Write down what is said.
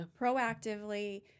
proactively